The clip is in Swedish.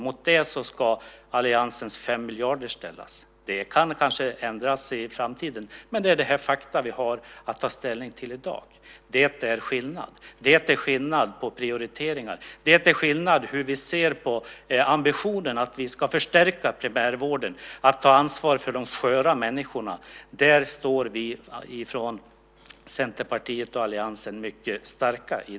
Mot det ska alliansens 5 miljarder ställas. Det kan kanske ändras i framtiden, men det är dessa fakta vi har att ta ställning till i dag. Det är skillnad. Det är skillnad på prioriteringar. Det är skillnad på hur vi ser på ambitionen att vi ska förstärka primärvården och ta ansvar för de sköra människorna. I den diskussionen står vi i Centerpartiet och alliansen mycket starka.